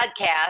Podcast